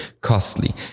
costly